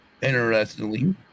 interestingly